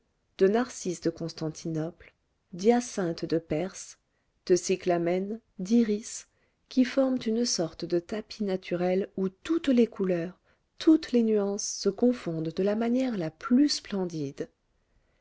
de narcisses de constantinople d'hyacinthes de perse de cyclamens d'iris qui forment une sorte de tapis naturel où toutes les couleurs toutes les nuances se confondent de la manière la plus splendide